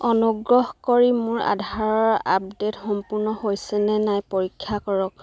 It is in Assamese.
অনুগ্ৰহ কৰি মোৰ আধাৰৰ আপডেট সম্পূৰ্ণ হৈছে নে নাই পৰীক্ষা কৰক